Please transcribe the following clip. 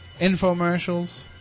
infomercials